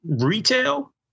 retail